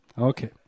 Okay